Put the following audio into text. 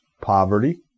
Poverty